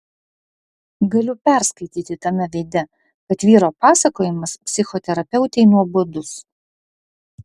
galiu perskaityti tame veide kad vyro pasakojimas psichoterapeutei nuobodus